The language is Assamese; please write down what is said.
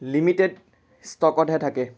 লিমিটেড ষ্টকতহে থাকে